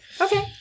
Okay